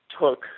took